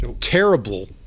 terrible